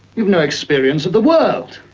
you've no experience of the world.